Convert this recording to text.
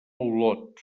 olot